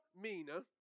mina